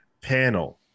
panel